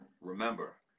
Remember